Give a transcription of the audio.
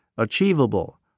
Achievable